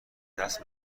دست